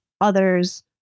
others